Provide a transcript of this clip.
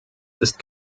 ist